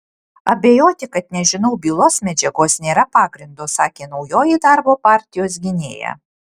abejoti kad nežinau bylos medžiagos nėra pagrindo sakė naujoji darbo partijos gynėja